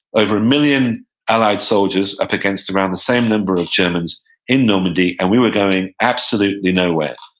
over a million allied soldiers, up against around the same number of germans in normandy, and we were going absolutely nowhere.